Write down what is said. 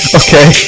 okay